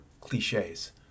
cliches